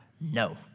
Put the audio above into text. no